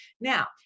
Now